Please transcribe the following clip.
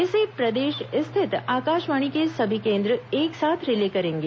इसे प्रदेश स्थित आकाशवाणी के सभी केंद्र एक साथ रिले करेंगे